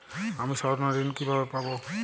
আমি স্বর্ণঋণ কিভাবে পাবো?